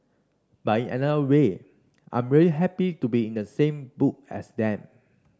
but in another way I'm really happy to be in the same book as them